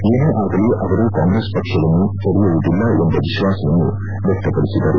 ಏನೇ ಆಗಲಿ ಅವರು ಕಾಂಗ್ರೆಸ್ ಪಕ್ಷ ತೊರೆಯುವುದಿಲ್ಲ ಎಂಬ ವಿಶ್ವಾಸವನ್ನು ವ್ಯಕ್ತಪಡಿಸಿದರು